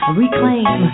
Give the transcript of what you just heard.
reclaim